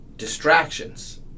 distractions